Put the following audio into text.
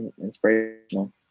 inspirational